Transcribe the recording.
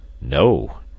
No